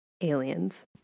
aliens